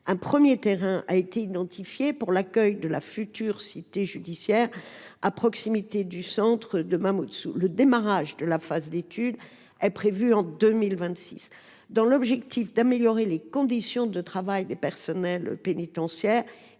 Un premier terrain a été identifié pour l’accueillir, à proximité du centre de Mamoudzou. Le démarrage de la phase d’études est prévu en 2026. Afin d’améliorer les conditions de travail des personnels pénitentiaires